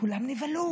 כולם נבהלו